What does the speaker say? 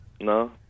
No